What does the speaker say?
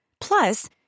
Plus